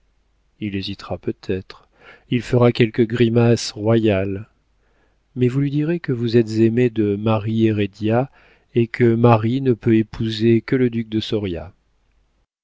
hésitera peut-être il fera quelques grimaces royales mais vous lui direz que vous êtes aimé de marie hérédia et que marie ne peut épouser que le duc de